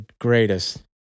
greatest